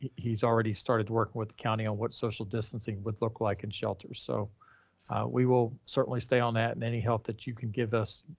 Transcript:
he's already started working with the county on what social distancing would look like in shelter. so we will certainly stay on that and any help that you can give us,